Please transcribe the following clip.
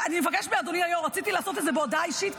אני מבקשת מאדוני היו"ר: רציתי לעשות את זה בהודעה אישית,